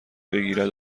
بگیرد